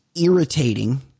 irritating